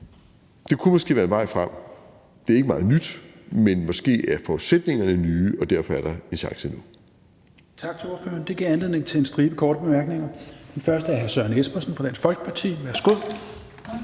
Det kunne måske være vejen frem. Det er ikke meget nyt, men måske er forudsætningerne nye, og derfor er der en chance nu. Kl. 16:08 Tredje næstformand (Rasmus Helveg Petersen): Tak til ordføreren. Det gav anledning til en stribe korte bemærkninger. Den første er fra hr. Søren Espersen fra Dansk Folkeparti. Værsgo.